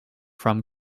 from